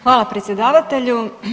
Hvala predsjedavatelju.